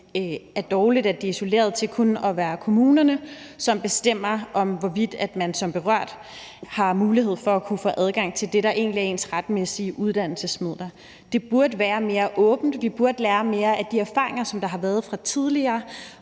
det er dårligt, at det er isoleret til kun at være kommunerne, som bestemmer, hvorvidt man som berørt har mulighed for at kunne få adgang til det, der egentlig er ens retmæssige uddannelsesmidler. Det burde være mere åbent. Vi burde lære mere af de erfaringer, der har været fra tidligere,